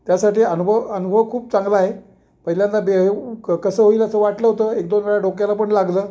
त्यासाठी अनुभव अनुभव खूप चांगला आहे पहिल्यांदा बे हे कसं होईल असं वाटलं होतं एक दोन वेळा डोक्याला पण लागलं